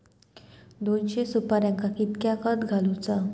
दोनशे सुपार्यांका कितक्या खत घालूचा?